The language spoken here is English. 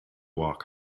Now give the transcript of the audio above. walk